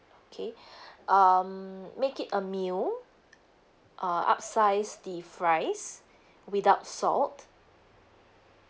okay um make it a meal uh upsize the fries without salt